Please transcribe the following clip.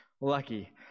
lucky